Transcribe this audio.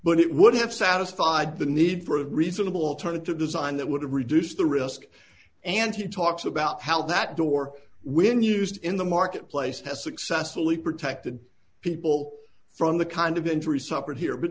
but it would have satisfied the need for a reasonable alternative design that would reduce the risk and he talks about how that door when used in the marketplace has successfully protected people from the kind of injury suffered here but